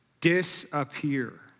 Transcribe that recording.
disappear